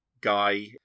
guy